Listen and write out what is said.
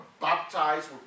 baptized